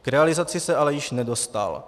K realizaci se ale již nedostal.